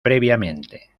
previamente